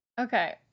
Okay